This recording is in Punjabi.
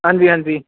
ਹਾਂਜੀ ਹਾਂਜੀ